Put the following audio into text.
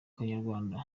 kanyarwanda